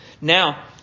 Now